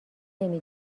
نمی